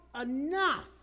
enough